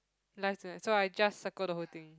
life tonight so I just circle the whole thing